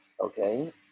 okay